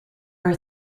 are